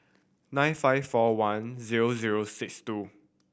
nine five four one zero zero six two